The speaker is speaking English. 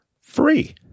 free